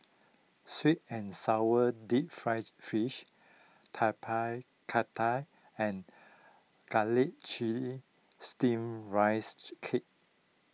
Sweet and Sour Deep Fried Fish Tapak Kata and Garlic Chives Steamed Rice Cake